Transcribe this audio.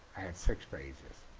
six pages.